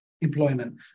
employment